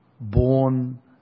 born